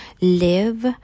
live